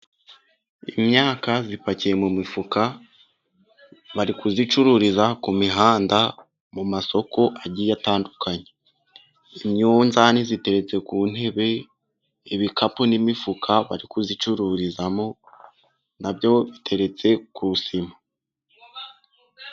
Imyaka ipakiye mu mifuka, bari kuyicururiza ku mihanda，mu masoko agiye atandukanye. Imyunzani iteretse ku ntebe， ibikapu n'imifuka bari kuyicururizamo， nabyo biteretse ku isima.